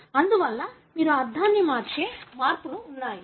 అందువల్ల మీరు అర్థాన్ని మార్చే మార్పులు ఉన్నాయి